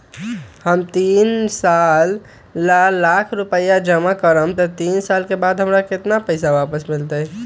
हम तीन साल ला दो लाख रूपैया जमा करम त तीन साल बाद हमरा केतना पैसा वापस मिलत?